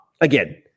again